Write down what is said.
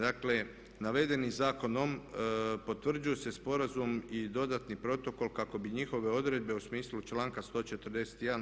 Navedenim zakonom potvrđuju se sporazum i dodatni protokol kako bi njihove odredbe u smislu članka 141.